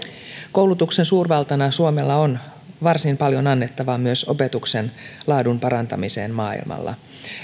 koulutuksen suurvaltana suomella on varsin paljon annettavaa myös opetuksen laadun parantamisessa maailmalla